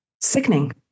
sickening